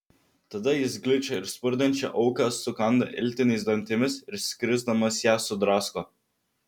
tada jis gličią ir spurdančią auką sukanda iltiniais dantimis ir skrisdamas ją sudrasko